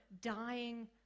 dying